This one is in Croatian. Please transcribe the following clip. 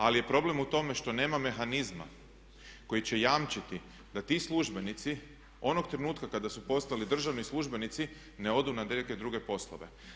Ali je problem u tome što nema mehanizma koji će jamčiti da ti službenici onog trenutka kada su postali državni službenici ne odu na neke druge poslove.